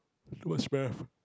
it was very